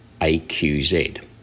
AQZ